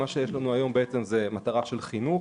היום יש מטרה של חינוך,